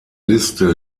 liste